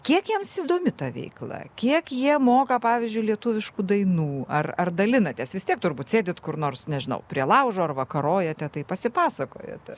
kiek jiems įdomi ta veikla kiek jie moka pavyzdžiui lietuviškų dainų ar ar dalinatės vis tiek turbūt sėdit kur nors nežinau prie laužo ar vakarojate tai pasipasakojate